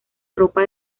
ropa